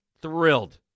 Thrilled